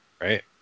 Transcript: right